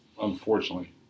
unfortunately